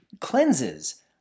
cleanses